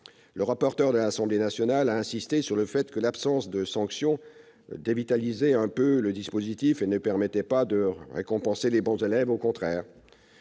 Le rapporteur de l'Assemblée nationale a insisté sur le fait que l'absence de sanctions dévitalisait un peu le dispositif et ne permettrait pas- au contraire ! -de récompenser les « bons élèves ». Nous avons